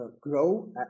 grow